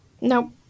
Nope